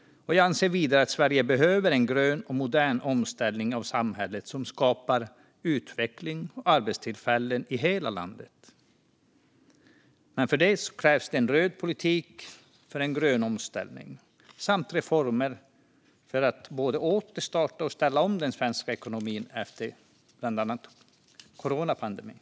Jag anser vidare att Sverige behöver en grön och modern omställning av samhället som skapar utveckling och arbetstillfällen i hela landet. För detta krävs en röd politik för en grön omställning samt reformer för att både återstarta och ställa om den svenska ekonomin efter bland annat coronapandemin.